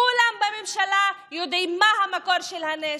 כולם בממשלה יודעים מה המקור של הנשק,